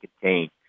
contain